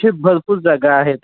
असे भरपूर जागा आहेत